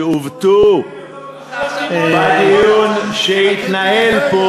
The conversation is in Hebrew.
שעוותו בדיון שהתנהל פה.